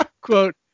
quote